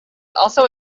also